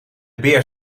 beer